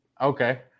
Okay